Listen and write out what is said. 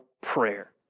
prayer